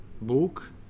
Book